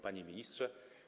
Panie Ministrze!